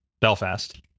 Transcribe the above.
Belfast